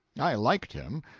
i liked him,